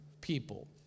people